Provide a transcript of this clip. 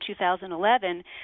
2011